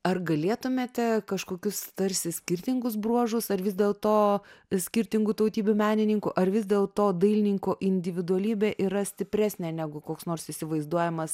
ar galėtumėte kažkokius tarsi skirtingus bruožus ar vis dėl to skirtingų tautybių menininkų ar vis dėl to dailininko individualybė yra stipresnė negu koks nors įsivaizduojamas